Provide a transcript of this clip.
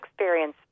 experience